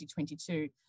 2022